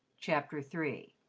chapter three